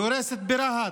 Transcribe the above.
היא הורסת ברהט,